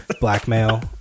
blackmail